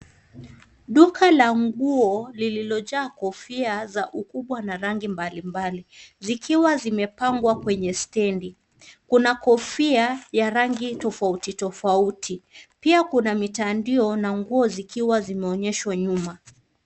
Duka la nguo lililojaa kofia za ukbwa na rangi mbalimbali. Zikiwa zimepangwa kwenye stendi. Kuna kofia ya rangi tofauti tofauti, pia kuna mitandio na nguo zikiwa zimeonyeshwa nyuma.